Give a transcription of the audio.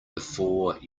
before